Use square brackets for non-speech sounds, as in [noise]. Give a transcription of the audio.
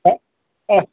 [unintelligible]